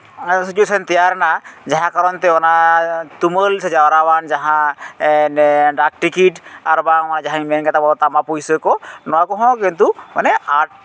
ᱮᱢᱚᱱ ᱥᱤᱪᱩᱭᱮᱥᱮᱱ ᱛᱮᱭᱟᱨ ᱮᱱᱟ ᱡᱟᱦᱟᱸ ᱠᱟᱨᱚᱱᱛᱮ ᱚᱱᱟ ᱛᱩᱢᱟᱹᱞ ᱥᱮ ᱡᱟᱣᱨᱟ ᱟᱱ ᱡᱟᱦᱟᱸ ᱰᱟᱠᱴᱤᱠᱤᱴ ᱟᱨᱵᱟᱝ ᱱᱚᱣᱟ ᱡᱟᱦᱟᱸᱧ ᱢᱮᱱ ᱠᱮᱫ ᱛᱟᱵᱚᱱ ᱛᱟᱢᱵᱟ ᱯᱩᱭᱥᱟᱹ ᱠᱚ ᱱᱚᱣᱟ ᱠᱚᱦᱚᱸ ᱠᱤᱱᱛᱩ ᱢᱟᱱᱮ ᱟᱫᱽ